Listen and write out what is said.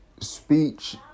speech